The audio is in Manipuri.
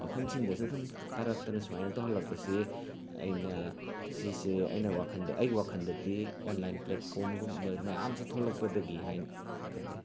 ꯃꯐꯝꯁꯤꯡꯗꯁꯨ ꯑꯗꯨꯝ ꯇꯥꯔꯛꯇꯅ ꯁꯨꯃꯥꯏꯅ ꯇꯧꯍꯜꯂꯛꯄꯁꯤ ꯑꯩꯅ ꯁꯤꯁꯦ ꯑꯩꯅ ꯋꯥꯈꯜꯗ ꯑꯩꯒꯤ ꯋꯥꯈꯜꯗꯗꯤ ꯑꯣꯟꯂꯥꯏꯟ ꯄ꯭ꯂꯦꯠꯐꯣꯔꯝꯒꯨꯝꯕ ꯃꯌꯥꯝ ꯁꯤ ꯊꯣꯛꯂꯛꯄꯗꯒꯤ ꯍꯥꯏꯅ ꯈꯟꯖꯩ